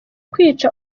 kwica